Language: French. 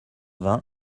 vingt